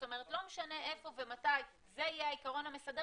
זאת אומרת לא משנה איפה ומתי וזה יהיה העיקרון המסדר